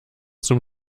zum